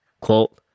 quote